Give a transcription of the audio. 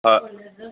অঁ